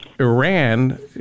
Iran